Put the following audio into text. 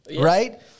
right